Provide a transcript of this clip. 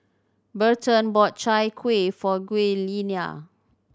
Berton bought Chai Kuih for Giuliana